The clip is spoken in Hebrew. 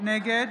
נגד